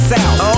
South